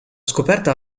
scoperta